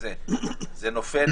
איפה זה נופל?